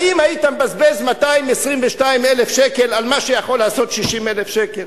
האם היית מבזבז 222,000 שקלים על מה שיכולים לעשות 60,000 שקלים?